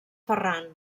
ferran